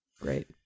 Great